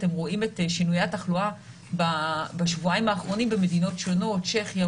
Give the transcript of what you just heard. אתם רואים את שינויי התחלואה בשבועיים האחרונים במדינות שונות: צ'כיה,